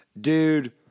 Dude